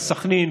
בסח'נין,